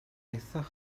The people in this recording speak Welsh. eithaf